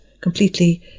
completely